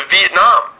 Vietnam